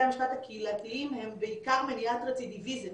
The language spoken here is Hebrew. המשפט הקהילתיים היא בעיקר מניעת רצידיביזם.